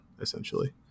essentially